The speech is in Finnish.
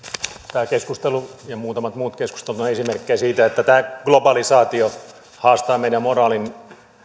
tämä keskustelu ja muutamat muut keskustelut ovat esimerkkejä siitä että globalisaatio haastaa meidän moraalimme